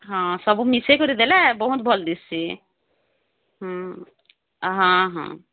ହଁ ସବୁ ମିଶାଇ କରି ଦେଲେ ବହୁତ ଭଲ ଦିଶୁଛି ହଁ ହଁ